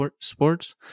sports